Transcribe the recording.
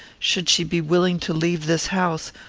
should she be willing to leave this house,